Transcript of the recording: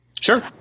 Sure